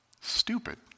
Stupid